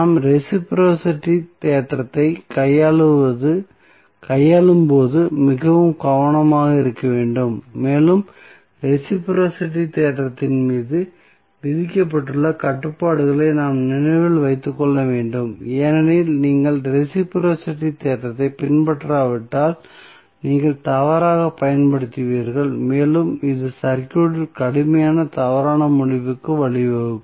நாம் ரெஸிபிரோஸிட்டி தேற்றத்தை கையாளும் போது மிகவும் கவனமாக இருக்க வேண்டும் மேலும் ரெஸிபிரோஸிட்டி தேற்றத்தின் மீது விதிக்கப்பட்டுள்ள கட்டுப்பாடுகளை நாங்கள் நினைவில் வைத்துக் கொள்ள வேண்டும் ஏனெனில் நீங்கள் ரெஸிபிரோஸிட்டி தேற்றத்தை பின்பற்றாவிட்டால் நீங்கள் தவறாகப் பயன்படுத்துவீர்கள் மேலும் இது சர்க்யூட்டில் கடுமையான தவறான முடிவுக்கு வழிவகுக்கும்